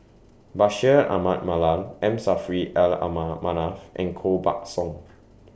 Bashir Ahmad Mallal M Saffri Ala Manaf and Koh Buck Song